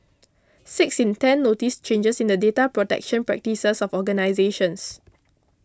six in ten noticed changes in the data protection practices of organisations